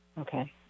Okay